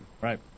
Right